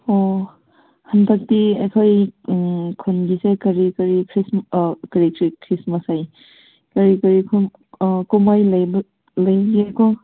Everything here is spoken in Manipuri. ꯑꯣ ꯍꯟꯗꯛꯇꯤ ꯑꯩꯈꯣꯏ ꯈꯨꯟꯒꯤꯁꯦ ꯀꯔꯤ ꯀꯔꯤ ꯀꯔꯤ ꯀꯔꯤ ꯈꯔꯤꯁꯃꯥꯁꯑꯌꯦ ꯀꯔꯤ ꯀꯔꯤ ꯀꯨꯝꯍꯩ ꯂꯩꯕ ꯂꯩꯒꯦꯀꯣ